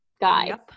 guy